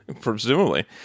Presumably